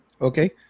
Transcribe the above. Okay